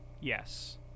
yes